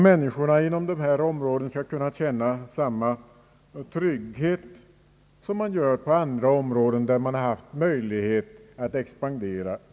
Människorna inom dessa områden skall kunna känna samma trygghet som människorna i områden, som haft andra möjligheter att expandera.